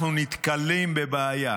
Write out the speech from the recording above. אנחנו נתקלים בבעיה,